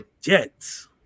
Jets